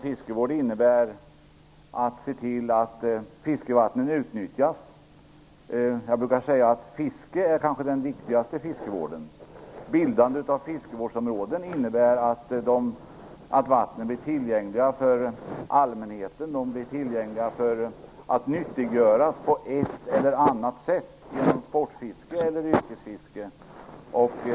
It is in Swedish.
Fiskevård innebär att se till att fiskevattnen utnyttjas. Jag brukar säga att fiske kanske är den viktigaste formen av fiskevård. Bildandet av fiskevårdsområden innebär att vattnen blir tillgängliga för allmänheten, de blir tillgängliga för att nyttiggöras på ett eller annat sätt, genom sportfiske eller yrkesfiske.